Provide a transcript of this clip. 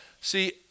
See